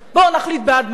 בואו נחליט בעד מה אנחנו.